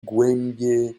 głębię